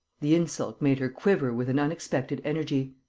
the insult made her quiver with an unexpected energy.